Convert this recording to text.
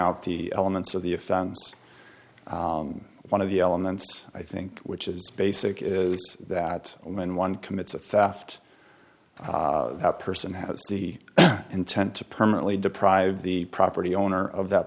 out the elements of the offense one of the elements i think which is basic is that when one commits a theft a person has the intent to permanently deprive the property owner of that